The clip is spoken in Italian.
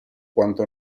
quanto